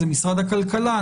זה משרד הכלכלה,